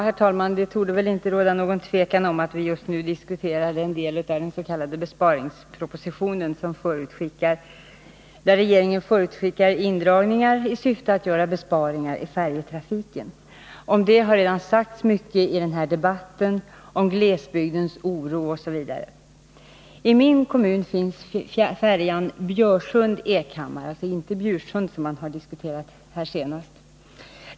Herr talman! Det torde väl inte råda något tvivel om att vi just nu diskuterar den del av den s.k. besparingspropositionen där regeringen förutskickar indragningar i syfte att göra besparingar i färjetrafiken. Om detta har redan sagts mycket i den här debatten — om glesbygdsbornas oro Osv. I min kommun finns färjan Björsund-Ekhammar. Det gäller inte Bjursund som man har diskuterat här senast.